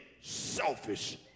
selfish